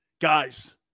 Guys